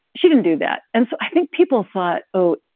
she didn't do that. and so i think people thought, oh,